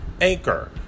Anchor